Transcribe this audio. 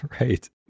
right